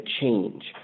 change